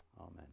Amen